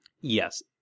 yes